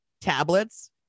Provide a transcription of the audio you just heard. tablets